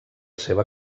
seva